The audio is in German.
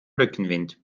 rückenwind